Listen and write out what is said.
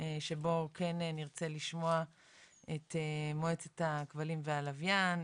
שבו כן נרצה לשמוע את מועצת הכבלים והלוויין,